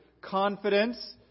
confidence